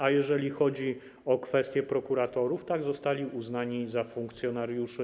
A jeżeli chodzi o kwestię prokuratorów, to tak, zostali uznani za funkcjonariuszy.